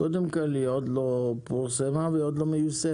קודם כל, היא עוד לא פורסמה ועוד לא מיושמת.